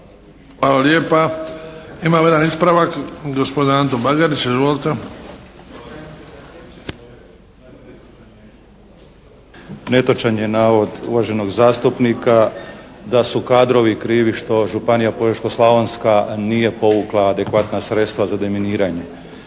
Hvala lijepa. Imamo jedan ispravak. Gospodin Ante Bagarić. Izvolite. **Bagarić, Anto (HDZ)** Netočan je navod uvaženog zastupnika da su kadrovi krivi što Županija požeško-slavonska nije povukla adekvatna sredstva za deminiranje.